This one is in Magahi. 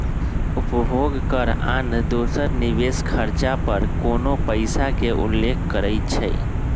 उपभोग कर आन दोसर निवेश खरचा पर कोनो पइसा के उल्लेख करइ छै